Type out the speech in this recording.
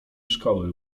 szkoły